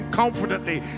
confidently